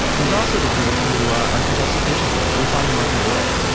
there's also the group who are compulsive pigeon feeders you'll find them around the world,